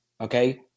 okay